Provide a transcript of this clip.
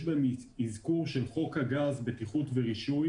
בהם אזכור של חוק הגז (בטיחות ורישוי)